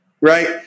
Right